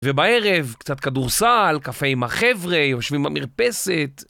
ובערב, קצת כדורסל, קפה עם החבר'ה, יושבים במרפסת...